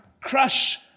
crush